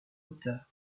auteur